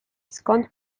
skąd